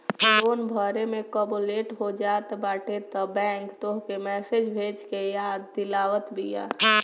loan भरे में कबो लेट हो जात बाटे तअ बैंक तोहके मैसेज भेज के याद दिलावत बिया